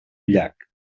llac